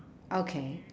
okay